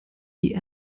die